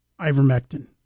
ivermectin